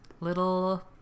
little